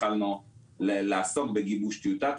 החלנו לעסוק בטיוטה,